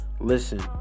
Listen